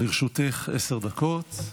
לרשותך עשר דקות.